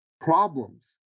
problems